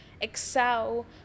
excel